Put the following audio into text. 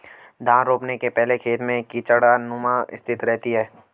धान रोपने के पहले खेत में कीचड़नुमा स्थिति रहती है